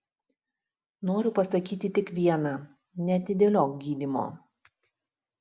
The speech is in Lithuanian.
noriu pasakyti tik viena neatidėliok gydymo